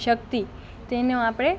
શક્તિ તેનું આપણે